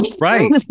Right